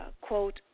quote